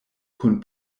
kun